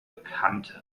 kante